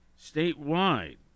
Statewide